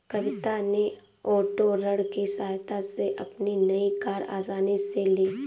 कविता ने ओटो ऋण की सहायता से अपनी नई कार आसानी से ली